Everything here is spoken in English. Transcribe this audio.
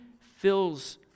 fills